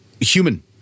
human